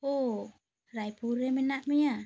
ᱚᱸᱻ ᱨᱟᱭᱯᱩᱨ ᱨᱮ ᱢᱮᱱᱟᱜ ᱢᱮᱭᱟ